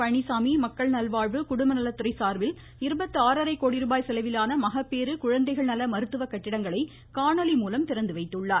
பழனிசாமி மக்கள் நல்வாழ்வு குடும்பநலத்துறை சார்பில் இருபத்து ஆறரை கோடி ரூபாய் செலவிலான மகப்பேறு குழந்தைகள் நல மருத்துவ கட்டிடங்களை காணொலி மூலம் திறந்துவைத்துள்ளார்